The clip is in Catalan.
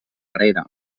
arrere